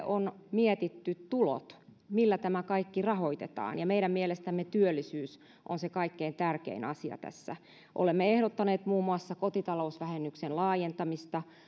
on mietitty tulot millä tämä kaikki rahoitetaan ja meidän mielestämme työllisyys on se kaikkein tärkein asia tässä olemme ehdottaneet muun muassa kotitalousvähennyksen laajentamista